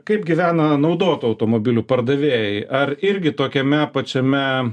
kaip gyvena naudotų automobilių pardavėjai ar irgi tokiame pačiame